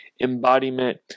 embodiment